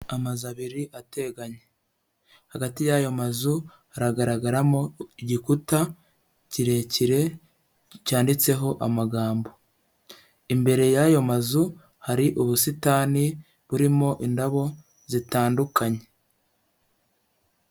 Amazu abiri ateganye, hagati y'ayo mazu hagaragaramo igikuta kirekire cyanditseho amagambo, imbere y'ayo mazu hari ubusitani burimo indabo zitandukanye.